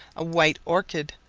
a white orchis,